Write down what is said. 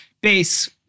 base